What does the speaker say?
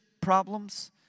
problems